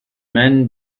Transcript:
men